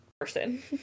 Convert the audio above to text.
person